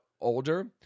older